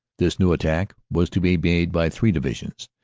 this new attack was to be made by three divisions,